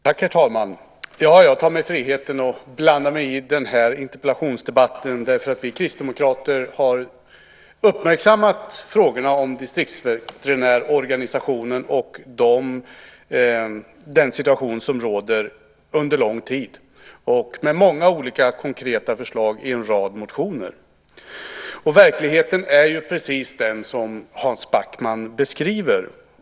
Herr talman! Jag tar mig friheten att blanda mig i den här interpellationsdebatten eftersom vi kristdemokrater har uppmärksammat frågorna om distriktsveterinärorganisationen och den situation som har rått under lång tid genom många olika konkreta förslag i en rad motioner. Verkligheten är precis den som Hans Backman beskriver.